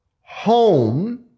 home